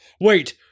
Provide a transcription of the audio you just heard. Wait